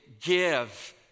give